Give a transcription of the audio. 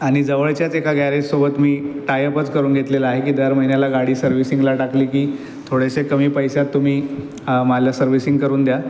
आणि जवळच्याच एका गॅरेजसोबत मी टायपच करून घेतलेलं आहे की दर महिन्याला गाडी सर्विसिंगला टाकली की थोडेसे कमी पैशात तुम्ही माला सर्विसिंग करून द्याल